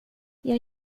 jag